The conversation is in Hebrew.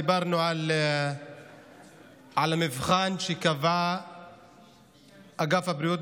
דיברנו על המבחן שקבע אגף הבחינות